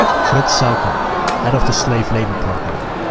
fritz sauckel head of the slave labour program.